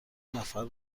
نفر